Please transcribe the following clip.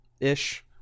ish